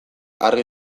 argi